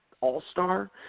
all-star